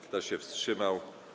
Kto się wstrzymał?